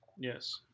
Yes